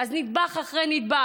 אז נדבך אחרי נדבך,